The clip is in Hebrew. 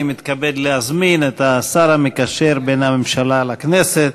אני מתכבד להזמין את השר המקשר בין הממשלה לכנסת